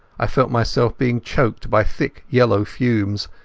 i felt myself being choked by thick yellow fumes,